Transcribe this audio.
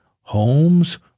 homes